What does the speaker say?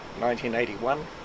1981